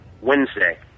Wednesday